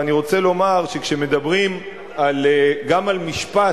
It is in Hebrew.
ואני רוצה לומר כשמדברים גם על משפט,